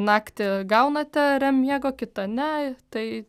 naktį gaunate rem miego kitą ne tai